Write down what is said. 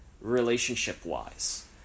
relationship-wise